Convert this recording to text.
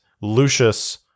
Lucius